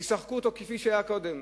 ישחקו אותו כפי שהיה קודם.